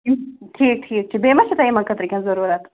ٹھیٖک ٹھیٖک ٹھیٖک بیٚیہِ ما چھُو تۄہہِ یِمَن خٲطرٕ کیٚنٛہہ ضروٗرَت